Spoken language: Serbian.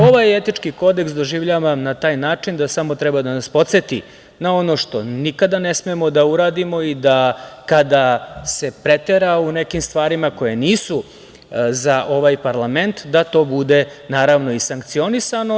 Ovaj etički kodeks doživljavam na taj način da samo treba da nas podseti na ono što nikada ne smemo da uradimo i da, kada se pretera u nekim stvarima koje nisu za ovaj parlament, to bude, naravno, i sankcionisano.